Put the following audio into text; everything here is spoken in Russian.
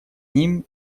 ним